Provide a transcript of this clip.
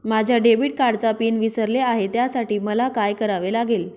माझ्या डेबिट कार्डचा पिन विसरले आहे त्यासाठी मला काय करावे लागेल?